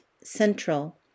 central